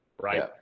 right